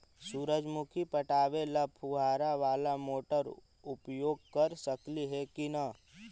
सुरजमुखी पटावे ल फुबारा बाला मोटर उपयोग कर सकली हे की न?